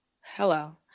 hello